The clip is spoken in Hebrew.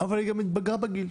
אבל היא גם התבגרה בגיל.